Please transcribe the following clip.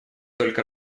только